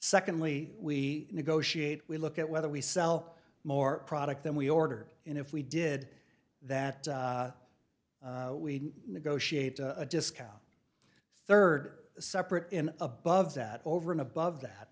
secondly we negotiate we look at whether we sell more product than we order and if we did that we negotiate a discount third separate in above that over and above that